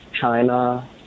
China